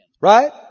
Right